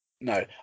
No